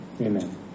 Amen